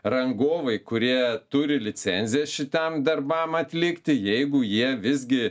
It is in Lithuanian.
rangovai kurie turi licenziją šitam darbam atlikti jeigu jie visgi